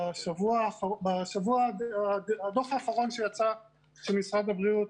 בדוח האחרון שיצא של משרד הבריאות,